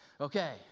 Okay